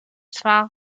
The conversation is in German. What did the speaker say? zwar